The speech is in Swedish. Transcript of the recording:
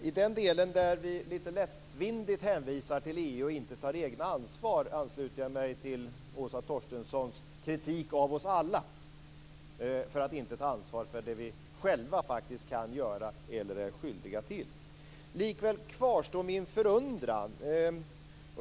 Fru talman! I den del som gäller att vi lite lättvindigt hänvisar till EU och inte tar eget ansvar ansluter jag mig till Åsa Torstenssons kritik av oss alla. Vi tar inte ansvar för det vi själva faktiskt kan göra eller är skyldiga till. Likväl kvarstår min förundran.